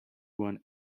one